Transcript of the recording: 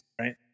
Right